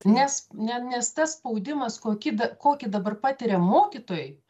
nes ne nes tas spaudimas kokį kokį dabar patiria mokytojai